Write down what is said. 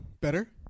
better